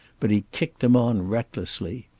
but he kicked him on recklessly.